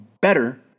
better